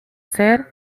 ser